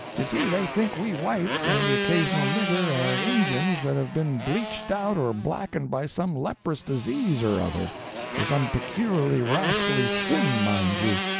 you see, they think we whites and the occasional nigger are injuns that have been bleached out or blackened by some leprous disease or other for some peculiarly rascally sin, mind you.